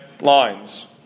lines